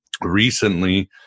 recently